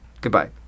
Goodbye